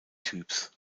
typs